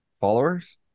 followers